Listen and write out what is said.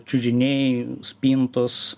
čiužiniai spintos